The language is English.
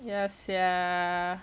ya sia